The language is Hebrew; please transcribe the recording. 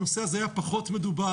הנושא הזה היה פחות מדובר.